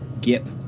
Gip